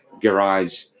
garage